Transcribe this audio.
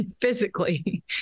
physically